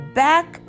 back